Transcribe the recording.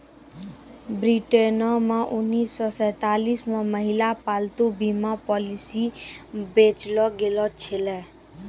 ब्रिटेनो मे उन्नीस सौ सैंतालिस मे पहिला पालतू बीमा पॉलिसी बेचलो गैलो छलै